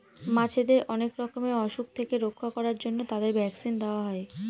মাছেদের অনেক রকমের অসুখ থেকে রক্ষা করার জন্য তাদের ভ্যাকসিন দেওয়া হয়